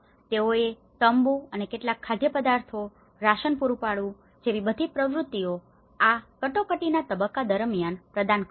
તેઓએ તંબુ અને કેટલાક ખાદ્યપદાર્થો રાશન પૂરું પાડવું જેવી બધી પ્રવૃત્તિઓ આ કટોકટીના તબક્કા દરમિયાન પ્રદાન કરી છે